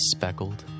Speckled